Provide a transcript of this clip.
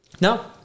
No